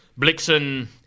Blixen